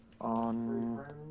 on